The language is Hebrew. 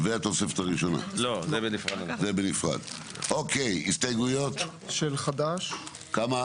והתוספת השניה) מתוך הצעת חוק התכלית הכלכלית (תיקוני